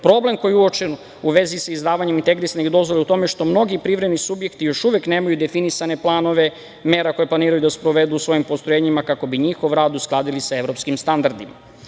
sredine. Problem koji je uočen u vezi sa izdavanjem integrisanih dozvola je u tome što mnogi privredni subjekti još uvek nemaju definisane planove mera koje planiraju da sprovedu u svojim postrojenjima kako bi njihov rad uskladili sa evropskim standardima. Posao